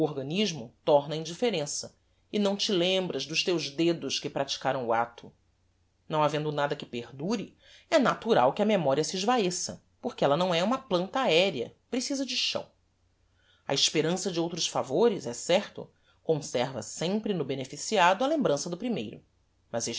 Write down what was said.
organismo torna á indifferença e não te lembras dos teus dedos que praticaram o acto não havendo nada que perdure é natural que a memoria se esvaeça porque ella não é uma planta aerea precisa de chão a esperança de outros favores é certo conserva sempre no beneficiado a lembrança do primeiro mas